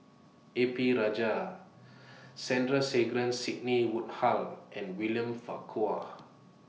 A P Rajah Sandrasegaran Sidney Woodhull and William Farquhar